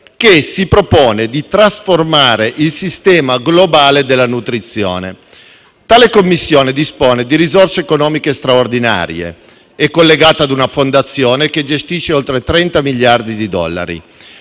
che si propone di trasformare il sistema globale della nutrizione. Tale commissione dispone di risorse economiche straordinarie, è collegata a una fondazione che gestisce oltre 30 miliardi di dollari